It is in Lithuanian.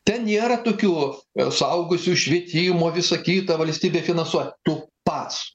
ten nėra tokių vo suaugusiųjų švietimo viso kito valstybė finansuoja tu pats